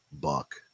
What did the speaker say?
Buck